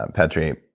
um petteri,